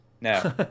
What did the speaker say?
No